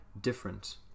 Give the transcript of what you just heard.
different